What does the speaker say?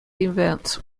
events